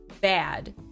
bad